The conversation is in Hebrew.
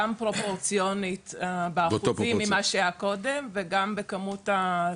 גם פרופורציונית באחוזים ממה שהיה קודם וגם בכמות הכסף.